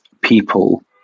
people